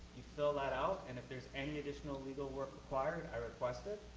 you fill that out and if there's any additional legal work required, i request it.